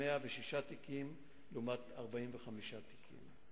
106 לעומת 45 תיקים.